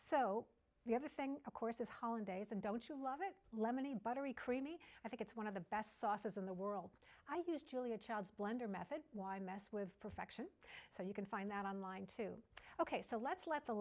so the other thing of course is holidays and don't you love it lemonade buttery creamy i think it's one of the best sauces in the world i use julia child's blender method why mess with perfect so you can find that on line too ok so let's let the